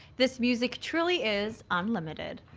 this music truly is unlimited.